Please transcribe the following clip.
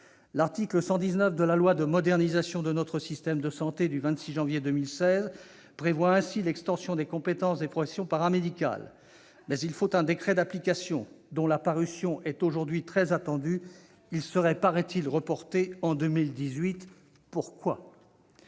L'article 119 de la loi de modernisation de notre système de santé du 26 janvier 2016 prévoit ainsi l'extension des compétences des professions paramédicales. Mais il faut un décret d'application, dont la parution est aujourd'hui très attendue. Il serait, paraît-il, reporté en 2018 ... Pourquoi ?